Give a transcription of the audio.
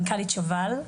מנכ"לית שוב"ל,